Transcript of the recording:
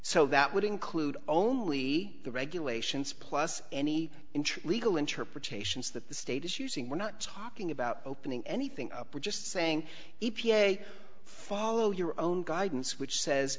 would include only the regulations plus any inch legal interpretations that the state is using we're not talking about opening anything up we're just saying e p a follow your own guidance which says